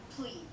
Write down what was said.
please